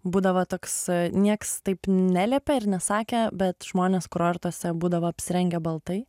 būdavo toks nieks taip neliepė ir nesakė bet žmonės kurortuose būdavo apsirengę baltai